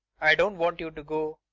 i don't want you to go.